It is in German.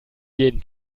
jeden